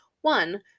one